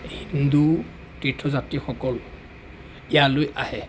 হিন্দু তীৰ্থযাত্ৰীসকল ইয়ালৈ আহে